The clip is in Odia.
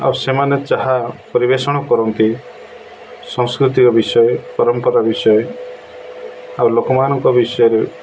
ଆଉ ସେମାନେ ଯାହା ପରିବେଷଣ କରନ୍ତି ସଂସ୍କୃତିକ ବିଷୟ ପରମ୍ପରା ବିଷୟ ଆଉ ଲୋକମାନଙ୍କ ବିଷୟରେ